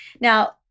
Now